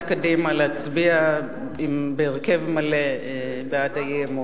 קדימה להצביע בהרכב מלא בעד האי-אמון,